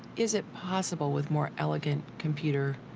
is it possible, with more elegant computer